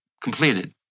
completed